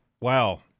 wow